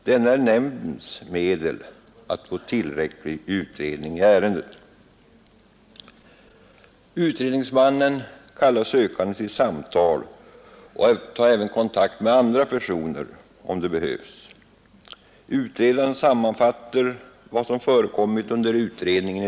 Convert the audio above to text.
Denne är alltså nämndens medel att få tillräcklig utredning i ärendet. Utredningsmannen kallar sökanden till samtal och tar även kontakt med andra personer, om det behövs. Utredaren sammanfattar i ett utlåtande vad som förekommit under utredningen.